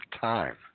time